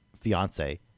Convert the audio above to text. fiance